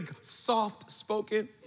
soft-spoken